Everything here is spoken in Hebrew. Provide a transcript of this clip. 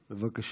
בבקשה.